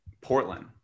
portland